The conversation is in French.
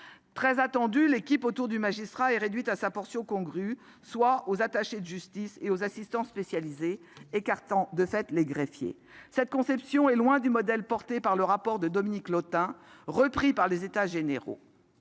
Très attendue, l'équipe autour du magistrat est réduite à sa portion congrue, c'est-à-dire aux attachés de justice et aux assistants spécialisés, les greffiers en étant de fait écartés. Cette conception est loin du modèle exposé dans le rapport de Dominique Lottin, repris par les États généraux.